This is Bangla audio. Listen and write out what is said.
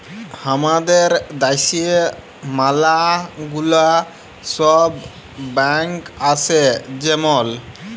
হামাদের দ্যাশে ম্যালা গুলা সব ব্যাঙ্ক আসে যেমল